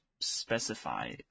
specify